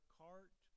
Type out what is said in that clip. cart